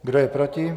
Kdo je proti?